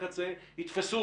הרי מי שיעשה כך, ייתפס.